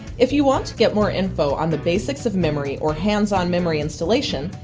if you want to get more info on the basics of memory or hands-on memory installation,